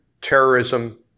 terrorism